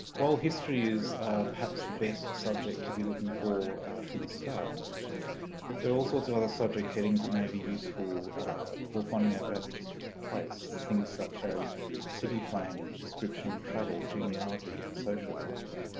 while history is perhaps the best subject to be looking for from the start there are all sorts of other subject headings that may be useful for finding out about the history of a place, things such as city planning, description, and travel, genealogy and social life.